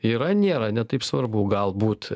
yra nėra ne taip svarbu galbūt